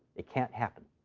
it can't happen.